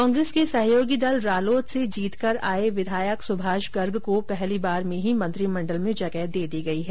कांग्रेस के सहयोगी दल रालोद से जीतकर आये विधायक सुभाष गर्ग को पहली बार में ही मंत्रिमंडल में जगह दे दी गई है